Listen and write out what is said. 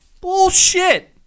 Bullshit